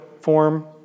form